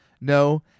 No